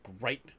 great